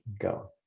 go